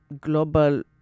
global